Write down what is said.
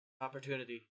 Opportunity